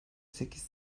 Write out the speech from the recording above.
sekiz